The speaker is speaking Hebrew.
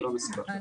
זה לא מסובך כל כך.